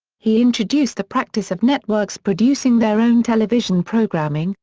he introduced the practice of networks producing their own television programming,